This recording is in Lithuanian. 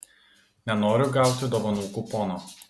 nenoriu gauti dovanų kupono